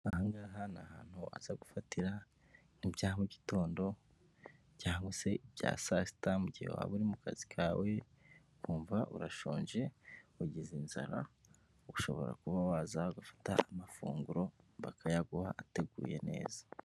Aha ngaha ni ahantu waza gufatira nk'ibya mugitondo cyangwa se ibya saa sita, mu gihe waba uri mu kazi kawe ukumva urashonje ugize inzara, ushobora kuba waza gufata amafunguro bakayaguha ateguye neza.